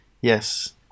Yes